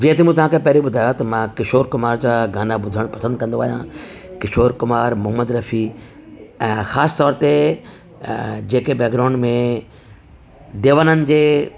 जीअं त मूं तां खे पहरियों ॿुधायो त मां किशोर कुमार जा गाना ॿुधण पसंद कंदो आहियां किशोर कुमार मुहम्मद रफी ऐं ख़ासि तौर ते जेके बैग्राऊंड में देवानंद जे